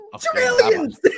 trillions